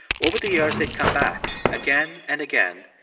over the years, they'd come back again and again,